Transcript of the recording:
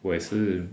我也是